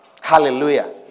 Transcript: Hallelujah